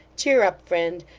cheer up, friend.